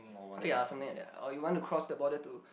yea something like that or you want to cross the border to